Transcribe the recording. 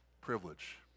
privilege